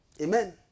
Amen